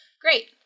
Great